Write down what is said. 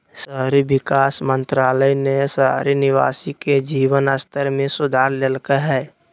शहरी विकास मंत्रालय ने शहरी निवासी के जीवन स्तर में सुधार लैल्कय हइ